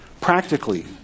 Practically